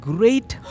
Great